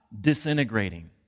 disintegrating